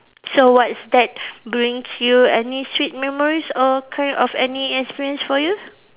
so what's that brings you any sweet memories or kind of any experience for you